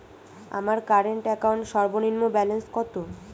আমার current account সর্বনিম্ন balance কত?